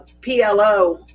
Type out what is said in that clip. PLO